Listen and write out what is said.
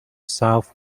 south